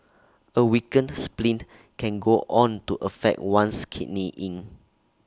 A weakened spleen can go on to affect one's Kidney Yin